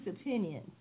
opinion